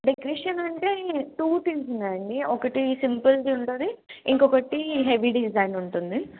decoration అంటే two things ఉందండి ఒకటి సింపుల్ది ఉంటుంది ఇంకొకటి హెవీ డిజైన్ ఉంటుంది